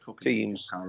teams